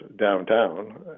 downtown